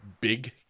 Big